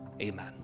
Amen